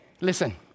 Listen